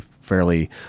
fairly